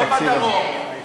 לא בדרום,